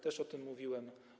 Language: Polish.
Też o tym mówiłem.